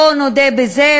בוא נודה בזה,